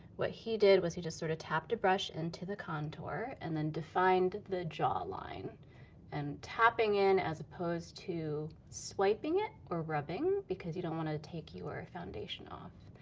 what he did was he just sort of tapped the brush into the contour and then defined the jawline, and tapping in as opposed to swiping it or rubbing because you don't want to take your foundation off.